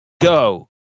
go